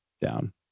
down